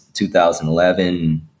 2011